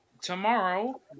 tomorrow